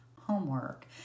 homework